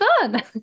fun